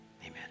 amen